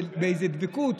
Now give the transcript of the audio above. ובאיזו דבקות.